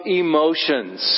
emotions